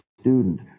student